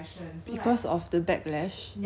!wah! I think these kind of idols ah